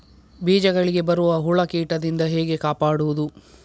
ಬೀಜಗಳಿಗೆ ಬರುವ ಹುಳ, ಕೀಟದಿಂದ ಹೇಗೆ ಕಾಪಾಡುವುದು?